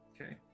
Okay